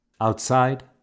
Outside